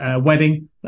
wedding